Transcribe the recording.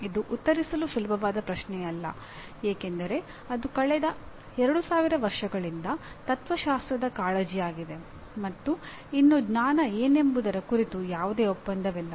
ಇದು ಉತ್ತರಿಸಲು ಸುಲಭವಾದ ಪ್ರಶ್ನೆಯಲ್ಲ ಏಕೆಂದರೆ ಅದು ಕಳೆದ 2000 ವರ್ಷಗಳಿಂದ ತತ್ತ್ವಶಾಸ್ತ್ರದ ಕಾಳಜಿಯಾಗಿದೆ ಮತ್ತು ಇನ್ನೂ ಜ್ಞಾನ ಏನೆಂಬುದರ ಕುರಿತು ಯಾವುದೇ ಒಪ್ಪಂದವಿಲ್ಲ